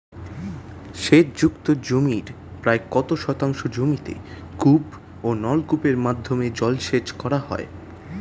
সেচ যুক্ত জমির প্রায় কত শতাংশ জমিতে কূপ ও নলকূপের মাধ্যমে জলসেচ করা হয়?